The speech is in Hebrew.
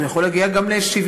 אז הוא יכול להגיע גם ל-70,